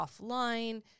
offline